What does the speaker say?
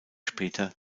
später